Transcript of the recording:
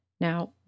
now